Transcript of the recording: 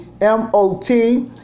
M-O-T